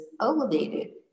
elevated